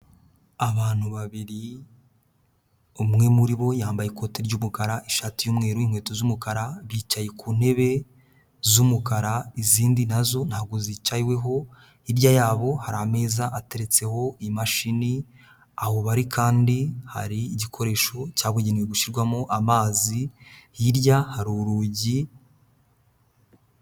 Abantu babiri, umwe muri bo yambaye ikoti ry'umukara, ishati y'umweru n'inkweto z'umukara, bicaye ku ntebe z'umukara, izindi na zo ntabwo zicaweho, hirya yabo hari ameza ateretseho imashini, aho bari kandi, hari igikoresho cyabugenewe gushyirwamo amazi, hirya hari urugi.